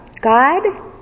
God